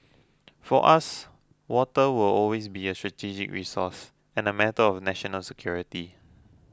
for us water will always be a strategic resource and a matter of national security